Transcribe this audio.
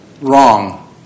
wrong